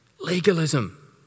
legalism